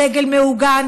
הדגל מעוגן,